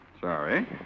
Sorry